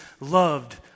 loved